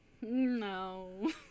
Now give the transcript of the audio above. No